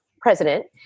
president